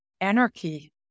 anarchy